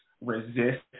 resist